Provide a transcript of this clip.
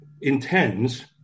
intends